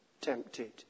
tempted